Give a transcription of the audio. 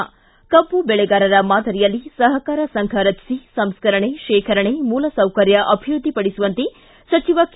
ಿ ಕಬ್ಬು ಬೆಳೆಗಾರರ ಮಾದರಿಯಲ್ಲಿ ಸಹಕಾರಿ ಸಂಘ ರಚಿಸಿ ಸಂಸ್ಕರಣೆ ಶೇಖರಣೆ ಮೂಲಸೌಕರ್ಯ ಅಭಿವೃದ್ದಿಪಡಿಸುವಂತೆ ಸಚಿವ ಕೆ